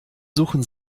suchen